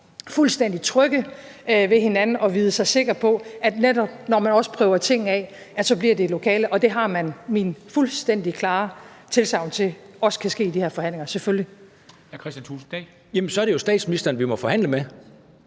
fuldstændig trygge ved hinanden og vide sig sikker på, at når man netop også prøver ting af, bliver det i lokalet, og det har man mit fuldstændig klare tilsagn om også kan ske i de her forhandlinger – selvfølgelig. Kl. 13:17 Formanden (Henrik Dam